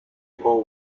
poor